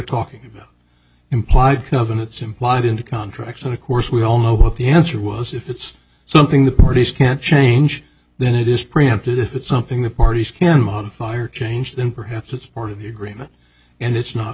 talking about implied covenants implied into contracts and of course we all know what the answer was if it's something the parties can't change then it is preempted if it's something the parties can modify or change then perhaps it's part of ukraine and it's not